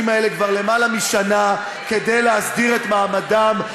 האלה כבר למעלה משנה כדי להסדיר את מעמדם,